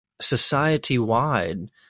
society-wide